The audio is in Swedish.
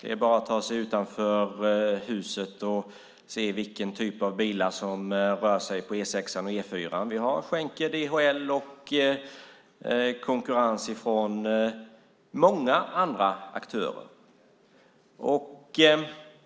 Det är bara att ta sig utanför huset och se vilken typ av bilar som rör sig på E 6 och E 4. Vi har Schenker, DHL och konkurrens från många andra aktörer.